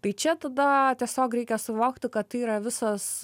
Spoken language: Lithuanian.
tai čia tada tiesiog reikia suvokti kad tai yra visas